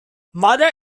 mother